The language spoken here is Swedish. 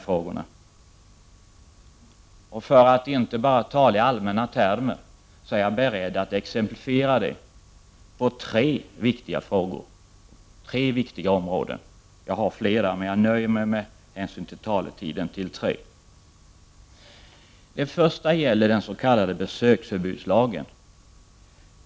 För att inte bara tala i allmänna termer är jag beredd att exemplifiera detta på tre viktiga områden. Det finns flera, men jag skall begränsa mig. Det första gäller den s.k. besöksförbudslagen.